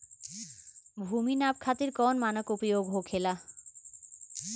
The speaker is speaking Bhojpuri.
भूमि नाप खातिर कौन मानक उपयोग होखेला?